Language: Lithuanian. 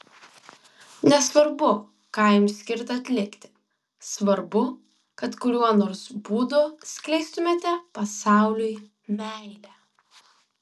nesvarbu ką jums skirta atlikti svarbu kad kuriuo nors būdu skleistumėte pasauliui meilę